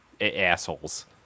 assholes